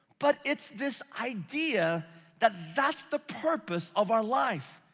but it's this idea that that's the purpose of our life,